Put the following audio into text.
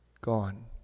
gone